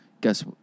Guess